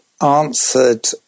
answered